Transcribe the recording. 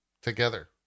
together